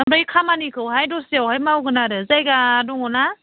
ओमफ्राय खामानिखौहाय दस्रायावहाय मावगोन आरो जायगा दङना